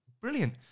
brilliant